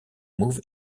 move